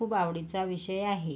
खूप आवडीचा विषय आहे